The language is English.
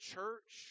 church